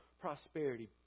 prosperity